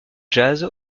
jazz